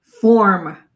form